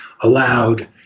allowed